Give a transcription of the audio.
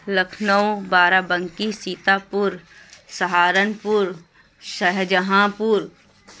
Lucknow Barabanki Sitapur Saharanpur Shahjahan پور